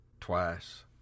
twice